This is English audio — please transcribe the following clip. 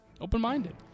open-minded